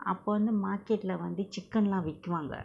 above வந்து:apo vanthu market lah வந்து:vanthu chicken lah விக்குவாங்க:vikkuvanga